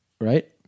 right